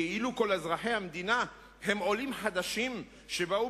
כאילו כל אזרחי המדינה הם עולים חדשים שבאו